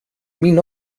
min